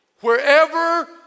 Wherever